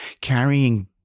carrying